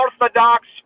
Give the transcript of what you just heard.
orthodox